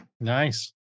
Nice